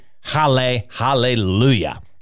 hallelujah